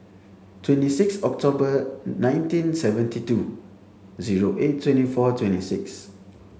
twenty six October nineteen seventy two zero eight twenty four twenty six